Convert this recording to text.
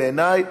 בעיני,